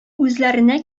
үзләренә